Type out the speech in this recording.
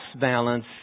balance